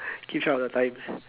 keep track of the time